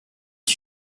que